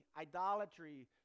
idolatry